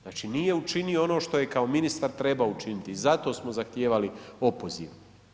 Znači nije učinio ono što je kao ministar trebao učiniti i zato smo zahtijevali opoziv.